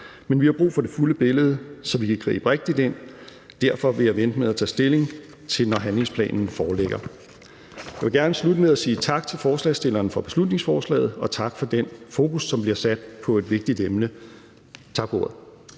Men vi har brug for det fulde billede, så vi kan gribe rigtigt ind, og derfor vil jeg vente med at tage stilling, til når handlingsplanen foreligger. Jeg vil gerne slutte med at sige tak til forslagsstillerne for beslutningsforslaget og tak for den fokus, som bliver sat på et vigtigt emne. Tak for ordet.